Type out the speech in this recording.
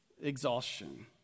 exhaustion